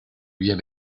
bien